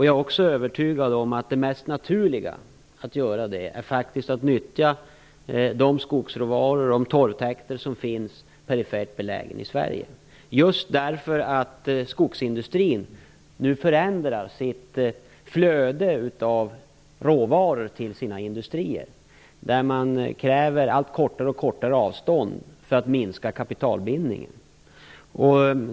Jag är också övertygad om att det mest naturliga sättet att göra det faktiskt är att nyttja de skogsråvaror och torrtäkter som är perifert belägna i Sverige just därför att skogsindustrin nu förändrar sitt flöde av råvaror till sina industrier. Man kräver allt kortare avstånd för att minska kapitalbindningen.